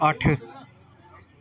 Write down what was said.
ਅੱਠ